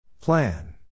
Plan